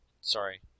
Sorry